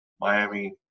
Miami